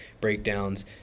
breakdowns